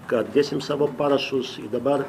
kad dėsim savo parašus i dabar